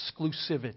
exclusivity